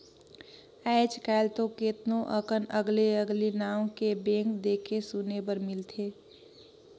आयज कायल तो केतनो अकन अगले अगले नांव के बैंक देखे सुने बर मिलथे